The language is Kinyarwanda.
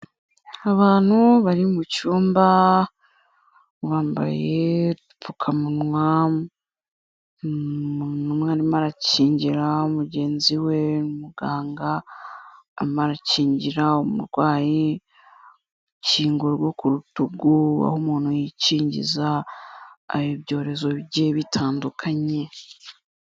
Abantu bari mu cyumba bambaye udupfukamunwa, umwarimu arakingira mugenzi we, muganga arimo arakingira umurwayi urukingo rwo ku rutugu, aho umuntu yikingiza ibyorezo bigiye bitandukanye.